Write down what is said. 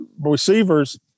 receivers